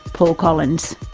paul collins.